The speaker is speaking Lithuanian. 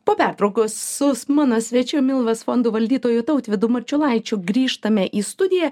po pertraukos sus mano svečiu milvos fondo valdytoju tautvydu marčiulaičiu grįžtame į studiją